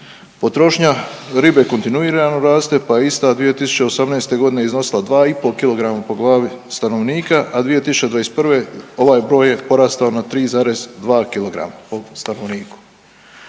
Potrošnja ribe kontinuirano raste pa ista 2018. g. iznosila 2,5 kilograma po glavni stanovnika, a 2021. ovaj broj je porastao na 3,2 kilograma po stanovniku.